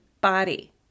body